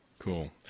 Cool